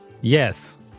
Yes